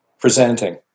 presenting